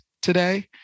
today